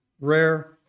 rare